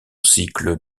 cycle